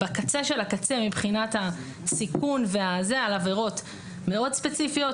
בקצה של הקצה מבחינת הסיכון על עבירות מאוד ספציפיות,